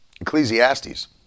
Ecclesiastes